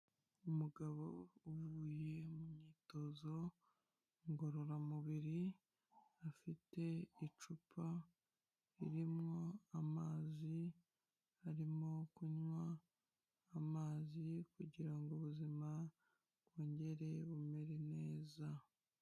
Umugabo uvuye mu myitozo ngororamubiri, afite icupa ririmo amazi, arimo kunywa amazi kugira ngo ubuzima bwongere bumere neza.